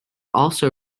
also